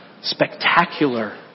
spectacular